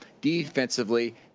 defensively